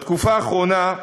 בתקופה האחרונה,